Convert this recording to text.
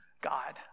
god